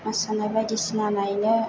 मोसानाय बायदिसिना नायनो